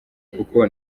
kuko